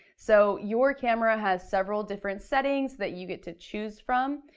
so your camera has several different settings that you get to choose from.